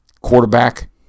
Quarterback